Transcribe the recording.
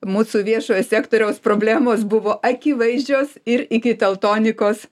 mūsų viešojo sektoriaus problemos buvo akivaizdžios ir iki teltonikos